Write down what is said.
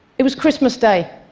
it was christmas day.